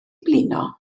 blino